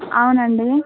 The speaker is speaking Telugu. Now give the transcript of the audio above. అవునండి